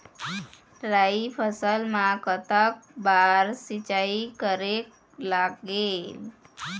राई फसल मा कतक बार सिचाई करेक लागेल?